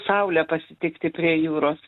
saulę pasitikti prie jūros